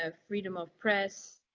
ah freedom of press,